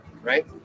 right